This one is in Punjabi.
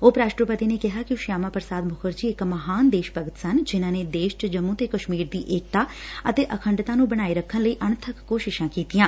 ਉਪ ਰਾਸਟਰਪਤੀ ਨੇ ਕਿਹਾ ਕਿ ਸ਼ਿਆਮਾ ਪ੍ਰਸਾਦ ਮੁਖਰਜੀ ਇਕ ਮਹਾਨ ਦੇਸ਼ ਭਗਤ ਸਨ ਜਿਨ੍ਹਾਂ ਨੇ ਦੇਸ਼ ਚ ਜੰਮੁ ਤੇ ਕਸ਼ਮੀਰ ਦੀ ਏਕਤਾ ਅਤੇ ਅਖੰਡਤਾ ਨੂੰ ਬਣਾਏ ਰੱਖਣ ਲਈ ਅਣੱਬਕ ਕੋਸ਼ਿਸ਼ਾਂ ਕੀਤੀਆਂ